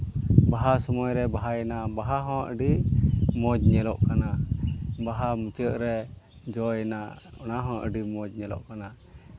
ᱵᱟᱦᱟ ᱥᱚᱢᱚᱭ ᱨᱮ ᱵᱟᱦᱟᱭᱮᱱᱟ ᱵᱟᱦᱟ ᱦᱚᱸ ᱟᱹᱰᱤ ᱢᱚᱡᱽ ᱧᱮᱞᱚᱜ ᱠᱟᱱᱟ ᱵᱟᱦᱟ ᱢᱩᱪᱟᱹᱫ ᱨᱮ ᱡᱚᱭᱮᱱᱟ ᱚᱱᱟ ᱦᱚᱸ ᱟᱹᱰᱤ ᱢᱚᱡᱽ ᱧᱮᱞᱚᱜ ᱠᱟᱱᱟ